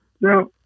Now